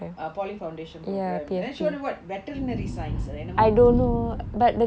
polytechnic foundation program then she wanted what veterinary science ah [what]